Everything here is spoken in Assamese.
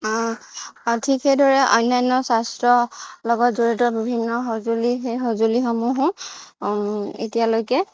ঠিক সেইদৰে অন্যান্য স্বাস্থ্যৰ লগত জড়িত বিভিন্ন সঁজুলি সেই সঁজুলিসমূহো এতিয়ালৈকে